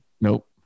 Nope